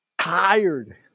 Tired